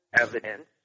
evidence